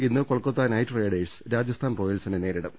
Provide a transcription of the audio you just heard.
ഇന്ന് Kolkata night riders Rajasthan റോയൽസിനെ നേരിടും